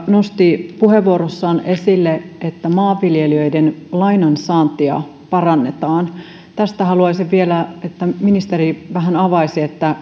nosti puheenvuorossaan esille että maanviljelijöiden lainansaantia parannetaan haluaisin vielä että ministeri vähän avaisi